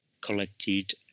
collected